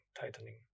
tightening